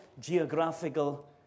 geographical